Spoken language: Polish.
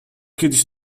kiedyś